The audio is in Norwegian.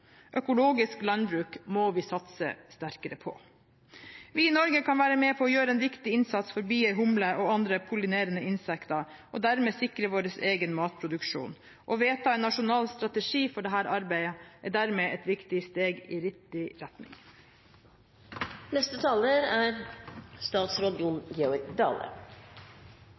Økologisk landbruk må vi satse sterkere på. Vi i Norge kan være med på å gjøre en viktig innsats for bier, humler og andre pollinerende insekter og dermed sikre vår egen matproduksjon. Å vedta en nasjonal strategi for dette arbeidet er dermed et viktig steg i riktig retning. Eg deler komiteen si vurdering av at reduksjonen i bestandar av villbier og andre pollinerande insekt er